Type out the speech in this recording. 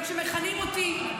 אבל כשמכנים אותי,